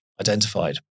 identified